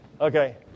Okay